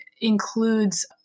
includes